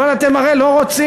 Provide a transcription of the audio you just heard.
אבל אתם הרי לא רוצים,